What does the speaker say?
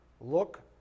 Look